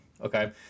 Okay